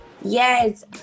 Yes